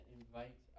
invite